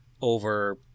over